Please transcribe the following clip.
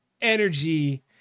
energy